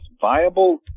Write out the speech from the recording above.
viable